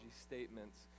statements